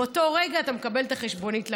באותו רגע אתה מקבל את החשבונית למייל.